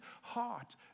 heart